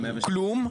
כלום,